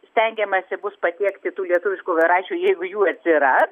stengiamasi bus patiekti tų lietuviškų voveraičių jeigu jų atsira